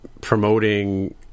promoting